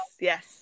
yes